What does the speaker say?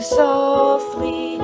softly